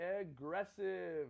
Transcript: aggressive